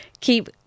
keep